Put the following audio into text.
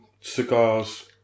cigars